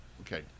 Okay